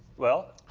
well,